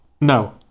No